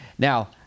Now